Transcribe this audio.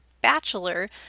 bachelor